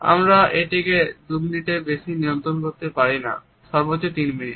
আমরা এটিকে দু মিনিটের বেশি নিয়ন্ত্রণ করতে পারি না সর্বোচ্চ তিন মিনিট